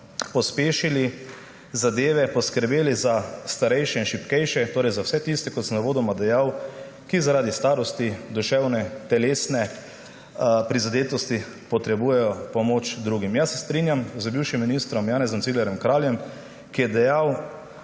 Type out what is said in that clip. pospešili zadeve, poskrbeli za starejše in šibkejše, torej za vse tiste, kot sem uvodoma dejal, ki zaradi starosti, duševne in telesne prizadetosti potrebujejo pomoč drugih. Strinjam se z bivšim ministrom Janezom Ciglerjem Kraljem, ki je dejal